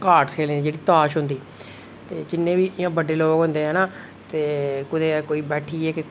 card खेढना जेह्ड़ी ताश होंदी ते जिन्ने बी इ'यां बड्डे लोक होंदे आं ते कुतै कोई बैठियै गै